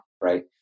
right